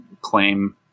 claim